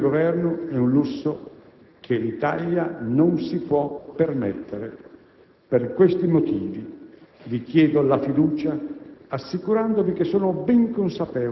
Arrestare per mesi l'azione di Governo è un lusso che l'Italia non si può permettere. Per questi motivi, vi chiedo la fiducia